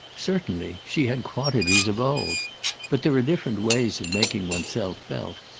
certainly she had quantities of old but there are different ways of making one's self felt.